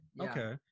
okay